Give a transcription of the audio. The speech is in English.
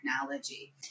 technology